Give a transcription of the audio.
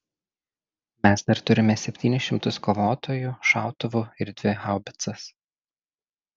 mes dar turime septynis šimtus kovotojų šautuvų ir dvi haubicas